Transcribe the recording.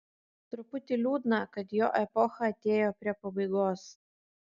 truputį liūdna kad jo epocha atėjo prie pabaigos